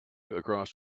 across